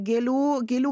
gėlių gėlių